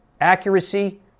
Accuracy